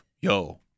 yo